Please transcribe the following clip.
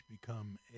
become